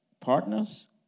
partners